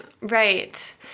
Right